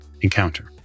encounter